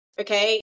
Okay